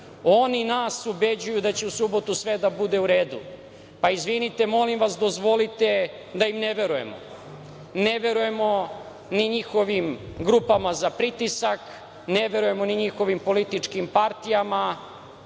oni nas ubeđuju da će u subotu sve da bude u redu. Izvinite, molim vas, dozvolite da im ne verujemo. Ne verujemo ni njihovim grupama za pritisak, ne verujemo ni njihovim političkim partijama,